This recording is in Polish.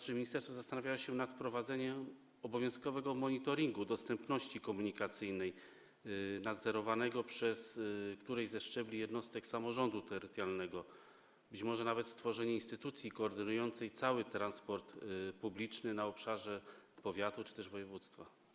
Czy ministerstwo zastanawiało się nad wprowadzeniem obowiązkowego monitoringu dostępności komunikacyjnej, nadzorowanego przez któryś ze szczebli jednostek samorządu terytorialnego, a być może nawet nad stworzeniem instytucji koordynującej cały transport publiczny na obszarze powiatu czy też województwa?